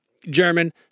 German